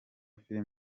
film